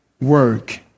work